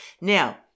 Now